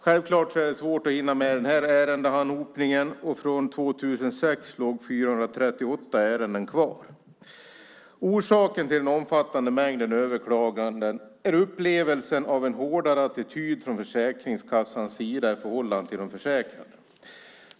Självklart att är det svårt att hinna med den här ärendeanhopningen, och från 2006 låg 438 ärenden kvar. Orsaken till den omfattande mängden överklaganden är upplevelsen av en hårdare attityd från Försäkringskassans sida i förhållande till de försäkrade.